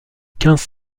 quinze